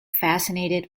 fascinated